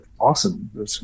awesome